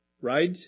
right